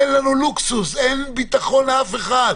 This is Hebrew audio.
אין לנו לוקסוס, אין ביטחון לאף אחד.